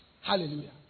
Hallelujah